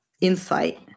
Insight